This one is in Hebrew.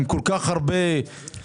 חוק עם כל כך הרבה ניגודים.